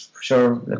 sure